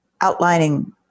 outlining